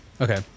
okay